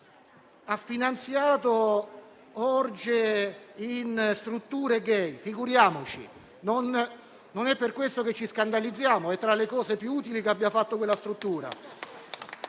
ha finanziato orge in strutture *gay*; figuriamoci, non è per questo che ci scandalizziamo, perché è tra le cose più utili che abbia fatto quella struttura.